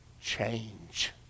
change